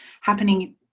happening